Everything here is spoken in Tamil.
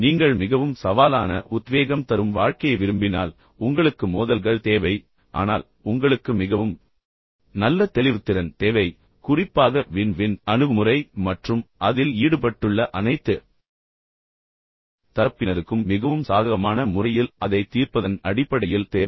நீங்கள் மிகவும் சவாலான உத்வேகம் தரும் வாழ்க்கையை விரும்பினால் உங்களுக்கு மோதல்கள் தேவை ஆனால் உங்களுக்கு மிகவும் நல்ல தெளிவுத்திறன் தேவை குறிப்பாக வின் வின் அணுகுமுறை மற்றும் அதில் ஈடுபட்டுள்ள அனைத்து தரப்பினருக்கும் மிகவும் சாதகமான முறையில் அதைத் தீர்ப்பதன் அடிப்படையில் தேவை